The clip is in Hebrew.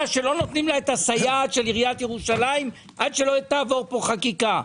שלא נותנים לה את הסייעת של עיריית ירושלים עד שלא תעבור פה חקיקה.